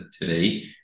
today